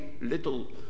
little